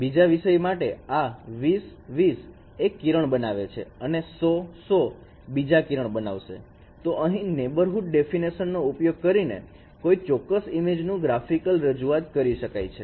બીજા વિષય માટે આ 20 20 એક કિરણ બનાવે છે અને 100 100 એ બીજા કિરણ બનાવશે તો અહીં નેબરહુડ ડેફીનેશન નો ઉપયોગ કરીને કોઈ ચોક્કસ ઈમેજ નું ગ્રાફિકલ રજૂઆત કરી શકાય છે